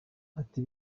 ati